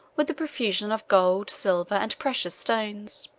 with a profusion of gold, silver, and precious stones.